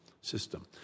system